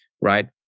right